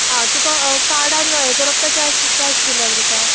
आं तुका काडान हें करप काय कॅश कॅश दिल्यार जाता